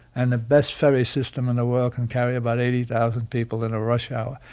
and the best ferry system in the world can carry about eighty thousand people in a rush hour.